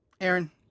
aaron